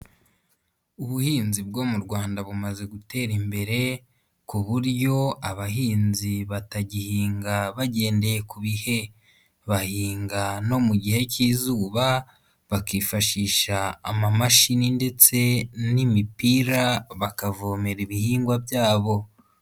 Ubuhinzi bwo mu Rwanda bumaze gutera imbere ku buryo abahinzi batagihinga bagendeye ku bihe, bahinga no mu gihe k'izuba bakifashisha amamashini ndetse n'imipira bakavomera ibihingwa byabo.